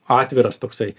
atviras toksai